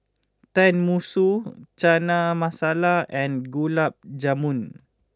Tenmusu Chana Masala and Gulab Jamun